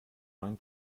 neuen